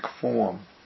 form